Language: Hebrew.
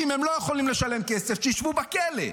ואם הם לא יכולים לשלם כסף, שישבו בכלא.